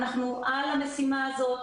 אנחנו על המשימה הזו,